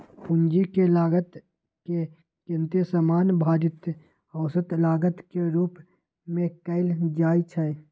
पूंजी के लागत के गिनती सामान्य भारित औसत लागत के रूप में कयल जाइ छइ